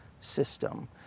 system